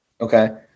Okay